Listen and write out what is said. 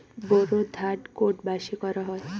বোরো ধান কোন মাসে করা হয়?